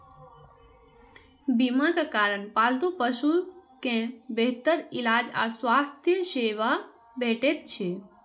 बीमाक कारण पालतू पशु कें बेहतर इलाज आ स्वास्थ्य सेवा भेटैत छैक